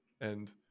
and-